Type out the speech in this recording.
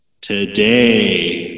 today